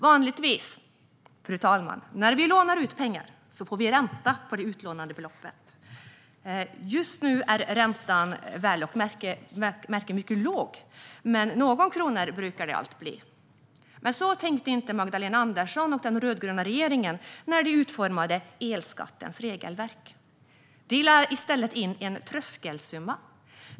Vanligtvis, fru talman, när vi lånar ut pengar får vi ränta på det utlånade beloppet. Just nu är räntan mycket låg, men någon krona brukar det allt bli. Men så tänkte inte Magdalena Andersson och den rödgröna regeringen när de utformade elskattens regelverk. De lade i stället in en tröskelsumma.